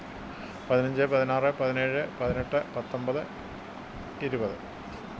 പതിനഞ്ച് പതിനാറ് പതിനേഴ് പതിനെട്ട് പത്തൊമ്പത് ഇരുപത്